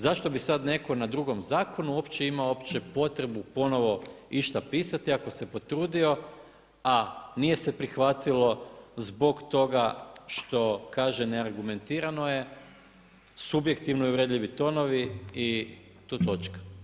Zašto bi sad netko na drugom zakonu uopće imao opće potrebu ponovno išta pisati ako se potrudio, a nije se prihvatilo zbog toga što kaže neargumentirano je, subjektivno uvredljivi tonovi i tu točka.